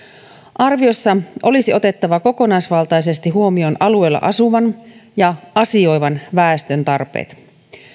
arviossa olisi otettava kokonaisvaltaisesti huomioon alueella asuvan ja asioivan väestön tarpeet